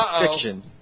fiction